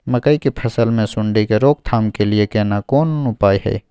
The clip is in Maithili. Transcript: मकई की फसल मे सुंडी के रोक थाम के लिये केना कोन उपाय हय?